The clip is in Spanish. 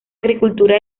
agricultura